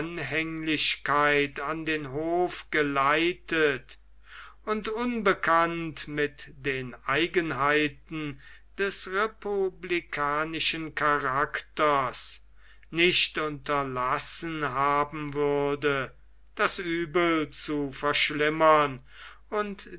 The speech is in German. anhänglichkeit an den hof geleitet und unbekannt mit den eigenheiten des republikanischen charakters nicht unterlassen haben würde das uebel zu verschlimmern und